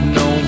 no